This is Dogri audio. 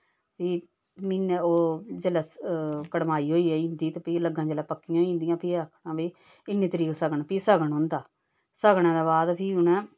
फ्ही म्हीने ओह् जेल्लै कड़माई होई गेई इं'दी ते फ्ही लग्गां जेल्लै पक्कियां होई जंदियां ते भी आखना भाई इ'न्नी तरीक सगन भी सगन होंदा सगनै दे बाद फ्ही उ'नें